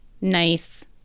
nice